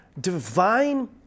divine